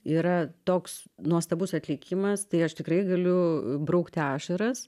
yra toks nuostabus atlikimas tai aš tikrai galiu braukti ašaras